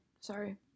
Sorry